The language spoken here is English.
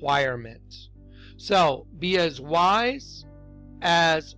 why are men's so be as wise as